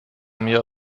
mir